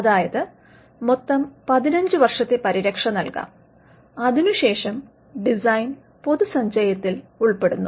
അതായത് മൊത്തം 15 വർഷത്തെ പരിരക്ഷ നൽകാം അതിനുശേഷം ഡിസൈൻ പൊതുസഞ്ചയത്തിൽ ഉൾപ്പെടുന്നു